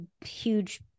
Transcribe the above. huge